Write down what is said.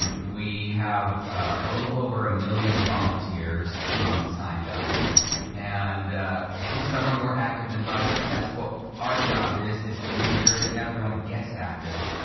and we have a little over a million volunteers um signed up and some are more active than others. that's what our job is, is to make sure that everyone gets active.